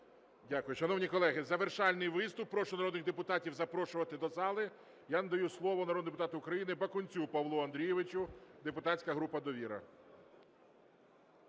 Дякую. Шановні колеги, завершальний виступ. Прошу народних депутатів запрошувати до зали. Я надаю слово народному депутату України Бакунцю Павлу Андрійовичу, депутатська група Довіра.